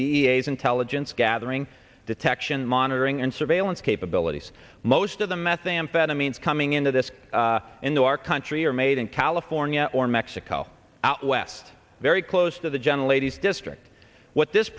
a s intelligence gathering detection monitoring and surveillance capabilities most of the methamphetamines coming into this into our country are made in california or mexico out west very close to the general eighty's district what this